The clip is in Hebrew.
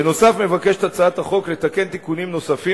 בנוסף מבקשת הצעת החוק לתקן תיקונים נוספים